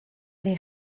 les